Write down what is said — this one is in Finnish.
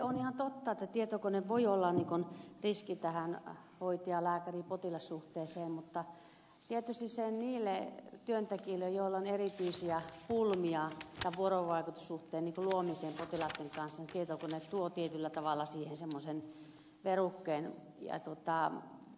on ihan totta että tietokone voi olla riski tässä hoitajalääkäripotilas suhteessa mutta tietysti niille työntekijöille joilla on erityisiä pulmia vuorovaikutussuhteen luomisessa potilaitten kanssa tietokone tuo tietyllä tavalla siihen semmoisen verukkeen